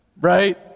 Right